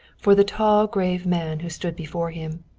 for the tall grave man who stood before him.